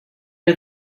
are